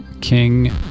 King